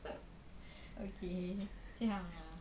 okay 这样 ah